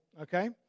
okay